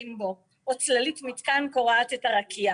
אכיפה או שמלווה אליהם מישהו שעושה את האכיפה.